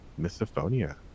misophonia